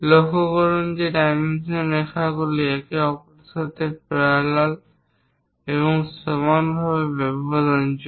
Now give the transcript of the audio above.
লক্ষ্য করুন যে ডাইমেনশন রেখাগুলি একে অপরের প্যারালাল এবং সমানভাবে ব্যবধানযুক্ত